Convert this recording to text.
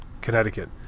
Connecticut